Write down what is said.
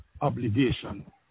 obligation